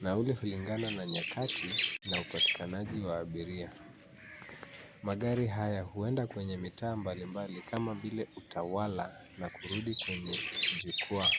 Nauli hulingana na nyakati na upatikanaji wa abiria. Magari haya huenda kwenye mitaa mbali mbali, kama vile Utawala, na kurudi kwenye jukwaa.